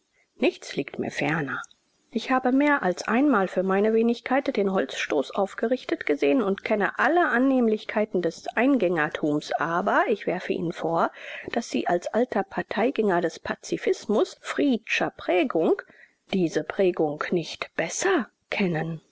nichts liegt mir ferner ich habe mehr als einmal für meine wenigkeit den holzstoß aufgerichtet gesehen und kenne alle annehmlichkeiten des eingängertums aber ich werfe ihnen vor daß sie als alter parteigänger des pazifismus friedscher prägung diese prägung nicht besser kennen